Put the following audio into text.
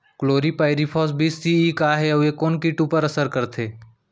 Chlorpyrifos बीस C E का हे अऊ ए कोन किट ऊपर असर करथे?